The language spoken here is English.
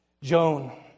Joan